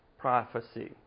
prophecy